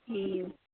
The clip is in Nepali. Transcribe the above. ए